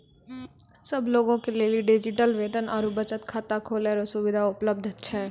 सब लोगे के लेली डिजिटल वेतन आरू बचत खाता खोलै रो सुविधा उपलब्ध छै